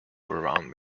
around